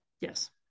Yes